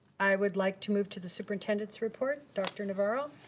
i would like to move to the superintendents report. dr. navarro.